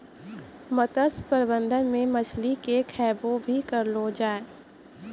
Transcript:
मत्स्य प्रबंधन मे मछली के खैबो भी करलो जाय